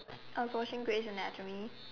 I was watching Grey's anatomy